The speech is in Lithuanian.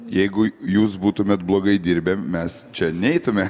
jeigu jūs būtumėt blogai dirbę mes čia neitume